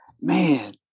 man